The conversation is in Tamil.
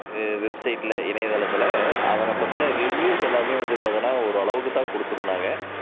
வெப்சைட்டில் இணையத்தளத்தில் அதனை பற்றின ரிவியூஸ் எல்லாம் வந்து பாத்தோன்னா ஒரு அளவுக்கு தான் கொடுத்து இருந்தாங்க